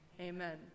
Amen